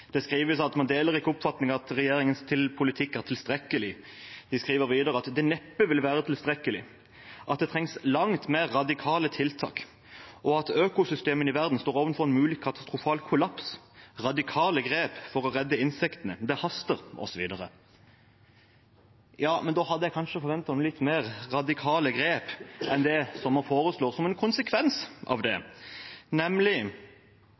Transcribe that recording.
Det skrives at man «deler ikke oppfatningen om at regjeringens politikk vil være tilstrekkelig». De skriver videre at planene «neppe vil være tilstrekkelige», at det «trengs langt mer radikale tiltak», at økosystemene i verden vil «stå overfor en mulig katastrofal kollaps», «radikale grep for å redde insektene», «Det haster» osv. Ja, men da hadde jeg kanskje forventet litt mer radikale grep enn det som man foreslår som en konsekvens av det, nemlig